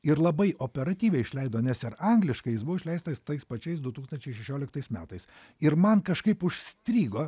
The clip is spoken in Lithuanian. ir labai operatyviai išleido nes ir angliškai jis buvo išleistas tais pačiais du tūkstančiai šešioliktais metais ir man kažkaip užstrigo